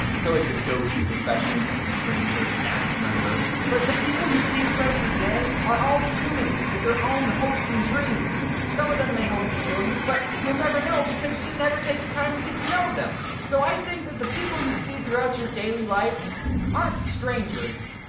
that's always the go-to profession of a stranger, an axe murderer. but the people you see throughout your day are all humans with their own hopes and dreams, and some of them may hope to kill you, but you'll never know because you didn't ever take the time to get to know them! so i think that people you see throughout your daily life aren't strangers.